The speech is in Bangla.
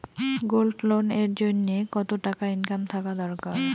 গোল্ড লোন এর জইন্যে কতো টাকা ইনকাম থাকা দরকার?